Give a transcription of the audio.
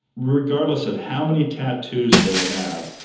regardless of how many tattoos they have,